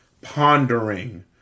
pondering